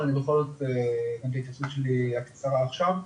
אבל אני בכל זאת אגיד את הדעה שלי הקצרה עכשיו,